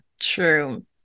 true